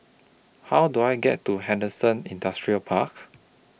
How Do I get to Henderson Industrial Park